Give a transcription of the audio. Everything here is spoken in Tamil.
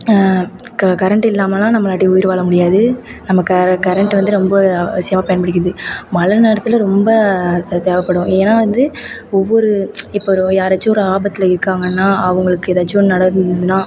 க கரெண்ட் இல்லாமல்லாம் நம்மளாட்டி உயிர் வாழ முடியாது நம்ம க கரெண்ட் வந்து ரொம்ப அவசியமாக பயன்படுகிறது மழை நேரத்தில் ரொம்ப த தேவைப்படும் ஏன்னால் வந்து ஒவ்வொரு இப்போ ஒரு யாராச்சும் ஒரு ஆபத்தில் இருக்காங்கன்னால் அவங்களுக்கு எதாச்சும் ஒன்று நடந்ததுன்னா